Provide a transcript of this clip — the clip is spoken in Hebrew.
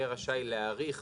יהיה רשאי להאריך